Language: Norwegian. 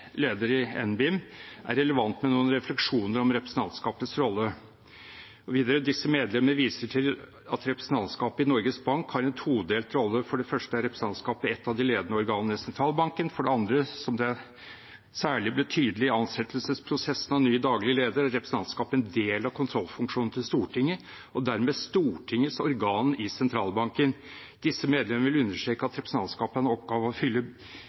leder i NBIM, er relevant med noen refleksjoner om representantskapets rolle.» Og videre: «Disse medlemmer viser til at representantskapet i Norges Bank har en todelt rolle. For det første er representantskapet et av de ledende organene i sentralbanken. For det andre, og som særlig ble tydelig i ansettelsesprosessen av ny daglig leder, er representantskapet en del av kontrollfunksjonen til Stortinget, og dermed Stortingets organ i sentralbanken. Disse medlemmer vil understreke at representantskapet har en oppgave i å fylle